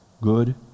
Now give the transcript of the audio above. Good